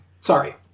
Sorry